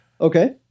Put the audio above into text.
Okay